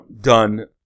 done